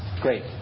great